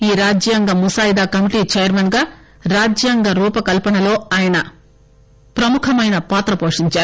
ఈరాజ్యాంగ ముసాయిదా committee chairman గా రాజ్యాంగ రూపకల్సనలో ఆయన ముఖ్యమైన పాత్ర పోషిందారు